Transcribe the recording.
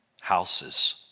houses